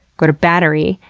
go to battery,